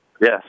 Yes